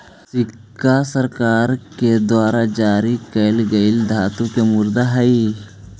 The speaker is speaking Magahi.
सिक्का सरकार के द्वारा जारी कैल गेल धातु के मुद्रा हई